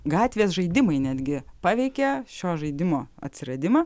gatvės žaidimai netgi paveikė šio žaidimo atsiradimą